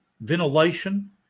ventilation